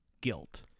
guilt